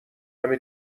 همه